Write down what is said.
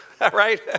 right